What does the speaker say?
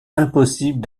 impossible